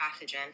pathogen